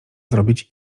zrobić